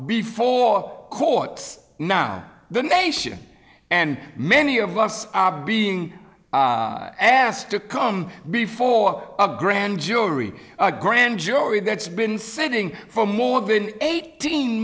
before a court now the nation and many of us are being asked to come before a grand jury a grand jury that's been sitting for more than eighteen